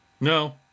No